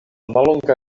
mallonga